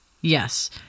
Yes